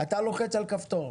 אתה לוחץ על כפתור.